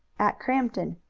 at crampton.